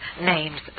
name's